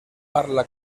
parla